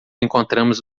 encontramos